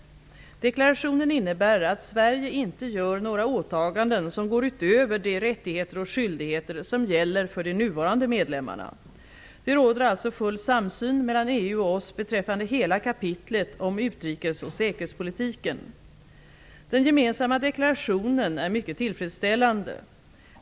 Deklarationen innebär att Sverige inte gör några åtaganden som går utöver de rättigheter och skyldigheter som gäller för de nuvarande medlemmarna. Det råder alltså full samsyn mellan EU och oss beträffande hela kapitlet om utrikes och säkerhetspolitiken. Den gemensamma deklarationen är mycket tillfredsställande.